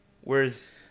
Whereas